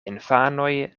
infanoj